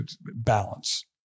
balance